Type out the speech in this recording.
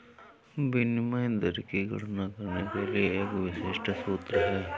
विनिमय दर की गणना करने के लिए एक विशिष्ट सूत्र है